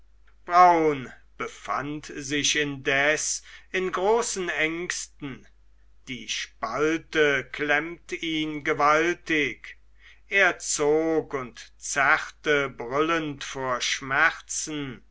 braun befand sich indes in großen ängsten die spalte klemmt ihn gewaltig er zog und zerrte brüllend vor schmerzen